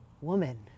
woman